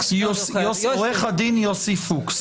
הממשלה -- עו"ד יוסי פוקס.